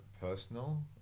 Personal